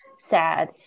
sad